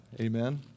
Amen